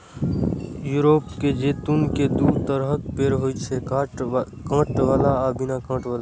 Europe मे जैतून के दू तरहक पेड़ होइ छै, कांट बला आ बिना कांट बला